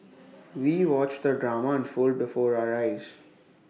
we watched the drama unfold before our eyes